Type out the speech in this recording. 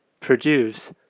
produce